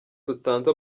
dutanze